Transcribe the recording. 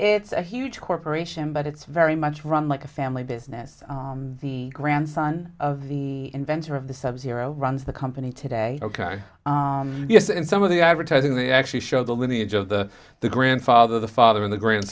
it's a huge corporation but it's very much run like a family business the grandson of the inventor of the subzero runs the company today ok yes in some of the advertising they actually show the lineage of the the grandfather the father in the